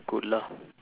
good lah